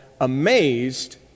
amazed